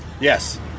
Yes